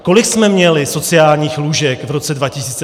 Kolik jsme měli sociálních lůžek v roce 2008?